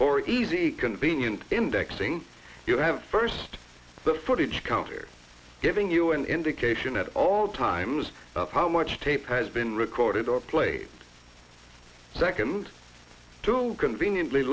for easy convenient indexing you have first the footage counter giving you an indication at all times of how much tape has been recorded or played second to conveniently